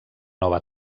nova